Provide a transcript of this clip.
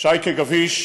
שייקה גביש,